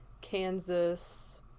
Kansas